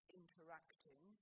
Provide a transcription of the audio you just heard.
interacting